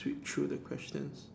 read through the questions